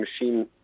machine